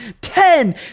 Ten